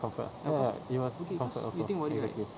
comfort ya it was comfort also okay okay okay